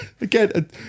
again